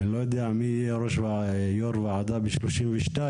אני לא יודע מי יהיה יו"ר הוועדה ב-2032,